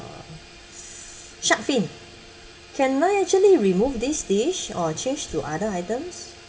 uh shark fin can I actually remove this dish or change to other items